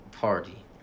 party